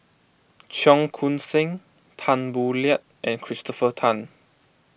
Cheong Koon Seng Tan Boo Liat and Christopher Tan